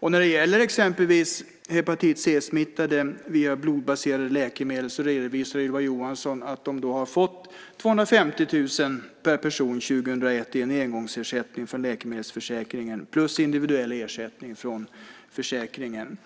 När det gäller exempelvis dem som smittats med hepatit C via blodbaserade läkemedel redovisar Ylva Johansson att de år 2001 fick 250 000 per person i engångsersättning från läkemedelsförsäkringen plus individuell ersättning från försäkringen.